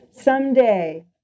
Someday